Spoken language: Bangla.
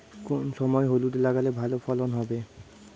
কোন সময় হলুদ লাগালে ভালো ফলন হবে?